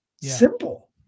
Simple